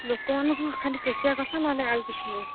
ଲୋକମାନଙ୍କୁ ଖାଲି ଶୋଷିବା କଥା ନହେଲେ ଆଉ କିଛି ନାଇଁ